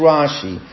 Rashi